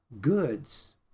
goods